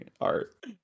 art